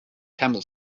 camel